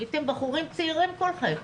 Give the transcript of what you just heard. הייתם בחורים צעירים כולכם.